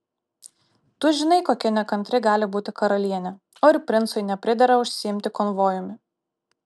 tu žinai kokia nekantri gali būti karalienė o ir princui nepridera užsiimti konvojumi